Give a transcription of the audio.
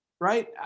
Right